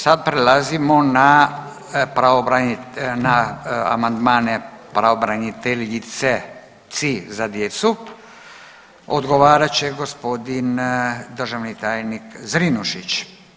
Sad prelazimo na amandmane Pravobraniteljici za djecu, odgovarat će gospodin državni tajnik Zrinušić.